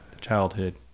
childhood